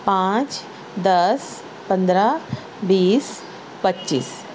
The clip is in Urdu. پانچ دس پندرہ بیس پچیس